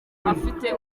afite